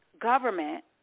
government